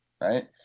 right